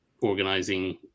organizing